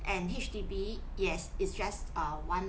and H_D_B yes it's just a one